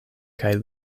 kaj